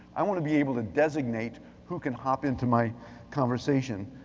i want to be able to designate who can hop into my conversation,